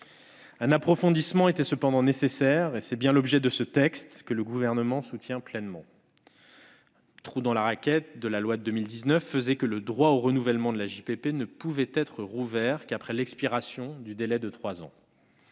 Un approfondissement était cependant nécessaire. C'est bien l'objet de ce texte, que le Gouvernement soutient pleinement. Un trou dans la raquette de la loi du 8 mars 2019 faisait que le droit au renouvellement de l'AJPP ne pouvait être rouvert qu'après l'expiration du délai de trois ans.